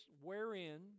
wherein